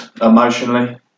emotionally